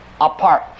apart